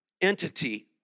entity